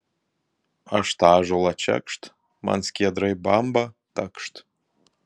aš tą ąžuolą čekšt man skiedra į bambą takšt